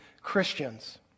Christians